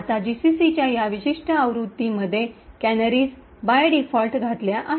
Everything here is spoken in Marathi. आता जीसीसीच्या या विशिष्ट आवृत्तीमध्ये कॅनरीज बाय डीफॉल्ट घातल्या आहेत